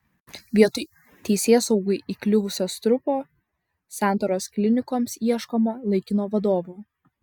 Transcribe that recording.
vietoj teisėsaugai įkliuvusio strupo santaros klinikoms ieškoma laikino vadovo